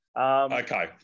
Okay